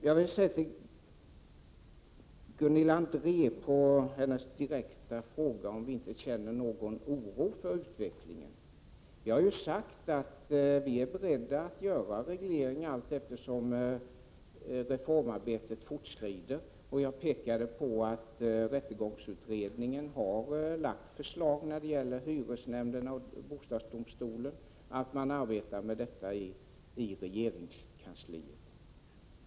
Jag vill svara på Gunilla Andrés direkta fråga om vi inte känner någon oro för utvecklingen. Vi har sagt att vi är beredda att göra regleringar allteftersom reformarbetet fortskrider. Rättegångsutredningen har lagt fram förslag om hyresnämnderna och bostadsdomstolen. Man arbetar med detta i regeringskansliet.